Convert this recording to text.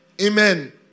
amen